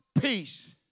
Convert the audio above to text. peace